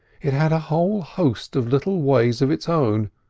it had a whole host of little ways of its own,